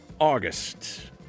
August